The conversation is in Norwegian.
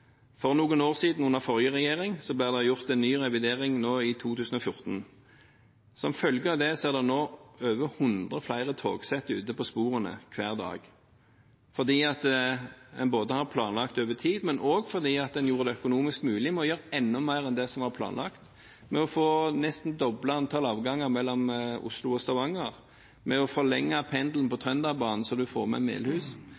for noen år siden, under den forrige regjeringen, og det ble gjort en ny revidering i 2014. Som følge av det er det nå over 100 flere togsett ute på sporene hver dag, både fordi en har planlagt det over tid, og fordi en gjorde det økonomisk mulig å gjøre enda mer enn det som var planlagt med nesten å få doblet antall avganger mellom Oslo og Stavanger, med å forlenge pendelen på Trønderbanen så man får med Melhus.